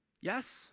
yes